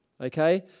okay